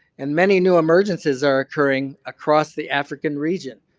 and many new emergences are occurring across the african region,